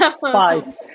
Five